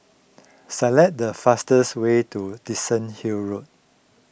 select the fastest way to Dickenson Hill Road